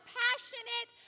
passionate